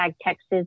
Texas